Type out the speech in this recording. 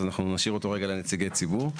אז כרגע אנחנו נשאיר אותו כנציג ציבור.